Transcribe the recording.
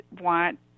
want